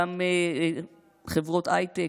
גם חברות הייטק.